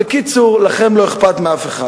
בקיצור, לכם לא אכפת מאף אחד.